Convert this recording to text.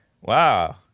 Wow